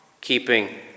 keeping